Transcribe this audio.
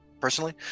personally